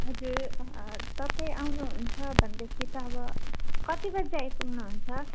हजुर तपाईँ आउनुहुन्छ भनेदेखि त अब कति बजी आइपुग्नुहुन्छ